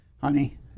honey